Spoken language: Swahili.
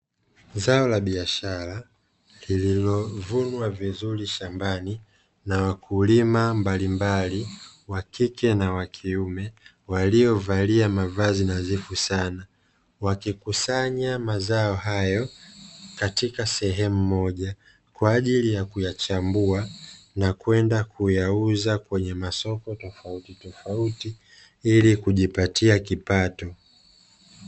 Zao la biashara lililovunwa vizuri shambani na wakulima mbalimbali wa kike na wa kiume waliovalia mavazi na nadhifu sana, wakikusanya mazao hayo katika sehemu moja kwa ajili ya kuyachambua na kwenda kuyauza kwenye masoko tofauti tofauti ili kujipatia kipato.